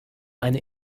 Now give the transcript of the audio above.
eine